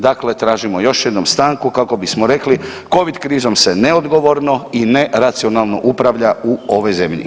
Dakle, tražimo još jednom stanku kako bismo rekli Covid krizom se neodgovorno i neracionalno upravlja u ovoj zemlji.